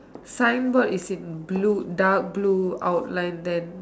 sign board is in blue dark blue outline then